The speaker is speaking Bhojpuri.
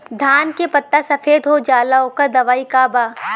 धान के पत्ता सफेद हो जाला ओकर दवाई का बा?